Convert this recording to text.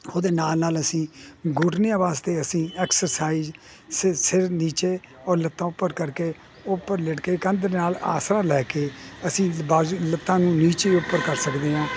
ਉਹਦੇ ਨਾਲ ਨਾਲ ਅਸੀਂ ਗੁਟਨੀਆ ਵਾਸਤੇ ਅਸੀਂ ਐਕਸਰਸਾਈਜ ਸਰ ਸਿਰ ਨੀਚੇ ਔਰ ਲੱਤਾਂ ਉਪਰ ਕਰਕੇ ਉਪਰ ਲਿਟ ਕੇ ਕੰਧ ਨਾਲ ਆਸਰਾ ਲੈ ਕੇ ਅਸੀਂ ਬਾਜੀ ਲੱਤਾਂ ਨੂੰ ਨੀਚੇ ਉੱਪਰ ਕਰ ਸਕਦੇ ਹਾਂ